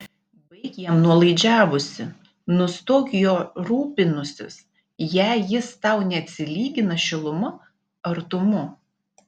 baik jam nuolaidžiavusi nustok juo rūpinusis jei jis tau neatsilygina šiluma artumu